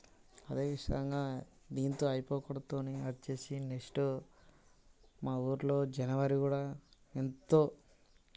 అదే విషయంగా దీంతో అయిపోకొడుతు వచ్చేసి నెక్స్ట్ మా ఊళ్ళో జనవరి కూడా ఎంతో